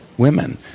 women